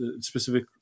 specific